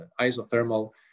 isothermal